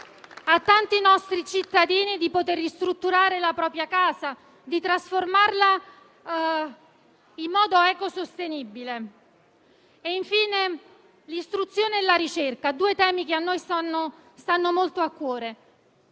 a tanti nostri cittadini di poter ristrutturare la propria casa, di trasformarla in modo ecosostenibile. Mi soffermo infine sull'istruzione e la ricerca, due temi che ci stanno molto a cuore.